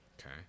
okay